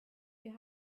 wir